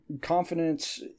confidence